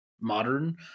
modern